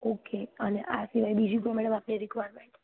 okay અને આ સિવાય બીજી કોઈ મેડમ આપની રિકવાયમેન્ટ